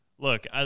Look